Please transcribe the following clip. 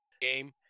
game